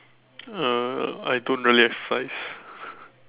uh I don't really exercise